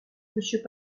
monsieur